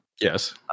yes